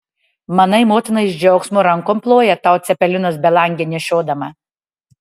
manai motina iš džiaugsmo rankom ploja tau cepelinus belangėn nešiodama